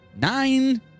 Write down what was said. nine